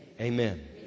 Amen